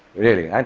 really. and